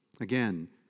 Again